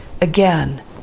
again